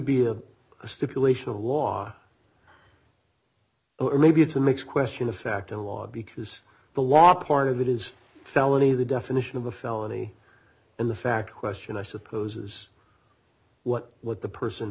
of a stipulation of law or maybe it's a mix question of fact a lot because the law part of it is felony the definition of a felony and the fact question i suppose is what what the person